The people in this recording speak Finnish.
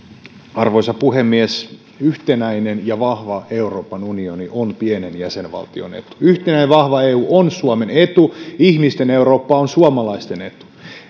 arvoisa puhemies yhtenäinen ja vahva euroopan unioni on pienen jäsenvaltion etu yhtenäinen vahva eu on suomen etu ihmisten eurooppa on suomalaisten etu